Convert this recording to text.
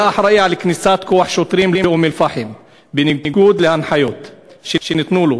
היה אחראי לכניסת כוח שוטרים לאום-אלפחם בניגוד להנחיות שניתנו לו,